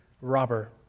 robber